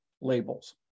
labels